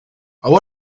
would